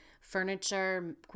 furniture